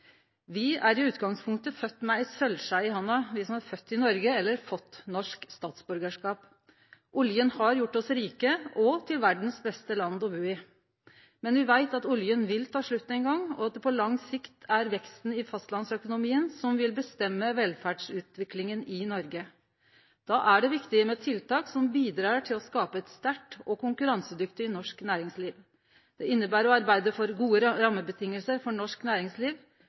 statsborgarskap, er i utgangspunktet fødde med ei sølvskei i handa. Olja har gjort oss rike – og til verdas beste land å bu i. Men me veit at olja vil ta slutt ein gong, og at det på lang sikt er veksten i fastlandsøkonomien som vil bestemme velferdsutviklinga i Noreg. Da er det viktig med tiltak som bidreg til å skape eit sterkt og konkurransedyktig norsk næringsliv. Det inneber å arbeide for gode rammevilkår for norsk næringsliv,